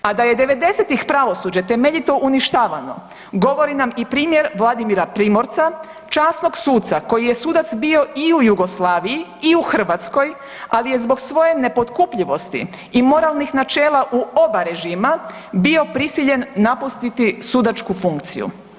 A da je devedesetih pravosuđe temeljito uništavano govori nam i primjer Vladimira Primorca časnog suca koji je sudac bio i u Jugoslaviji i u Hrvatskoj, ali je zbog svoje nepotkupljivosti i moralnih načela u oba režima bio prisiljen napustiti sudačku funkciju.